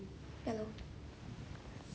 ya lor